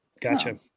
Gotcha